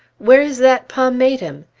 where is that pomatum?